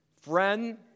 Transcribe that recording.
friend